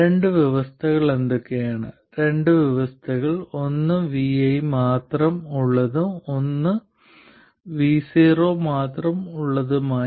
രണ്ട് വ്യവസ്ഥകൾ എന്തൊക്കെയാണ് രണ്ട് വ്യവസ്ഥകൾ ഒന്ന് vi മാത്രം ഉള്ളതും v0 മാത്രം ഉള്ളതുമായ ഒന്ന്